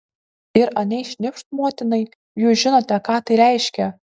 ir anei šnipšt motinai jūs žinote ką tai reiškia